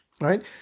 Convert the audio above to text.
right